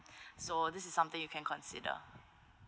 so this is something you can consider